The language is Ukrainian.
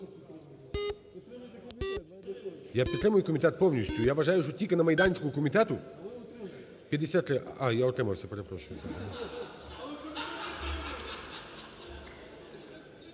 Я підтримую комітет повністю. Я вважаю, що тільки на майданчику комітету… Я утримався, перепрошую,